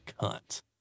cunt